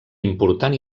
important